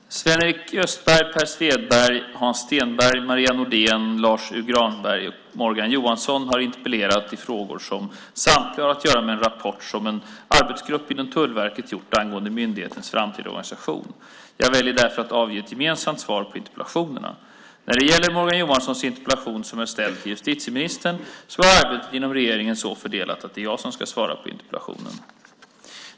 Herr talman! Sven-Erik Österberg, Per Svedberg, Hans Stenberg, Marie Nordén, Lars U Granberg och Morgan Johansson har interpellerat i frågor som samtliga har att göra med en rapport som en arbetsgrupp inom Tullverket gjort angående myndighetens framtida organisation. Jag väljer därför att avge ett gemensamt svar på interpellationerna. När det gäller Morgan Johanssons interpellation, som är ställd till justitieministern, så är arbetet inom regeringen så fördelat att det är jag som ska svara på interpellationen.